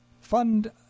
fund